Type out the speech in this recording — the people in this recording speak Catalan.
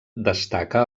destaca